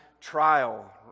trial